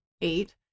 eight